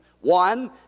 One